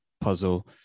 puzzle